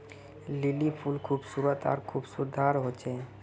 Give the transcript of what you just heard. lily फुल खूबसूरत आर खुशबूदार होचे